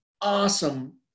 awesome